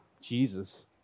Jesus